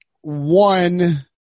one